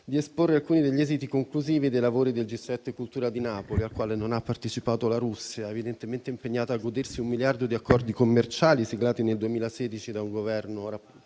di esporre alcuni degli esiti conclusivi dei lavori del G7 cultura di Napoli, al quale non ha partecipato la Russia, evidentemente impegnata a godersi un miliardo di accordi commerciali siglati nel 2016 da un Governo allora rappresentato